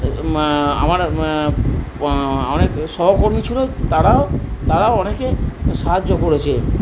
আমার অনেক সহকর্মী ছিলো তারাও তারাও অনেকে সাহায্য করেছে